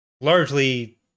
largely